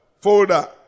folder